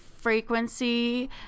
frequency